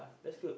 that's good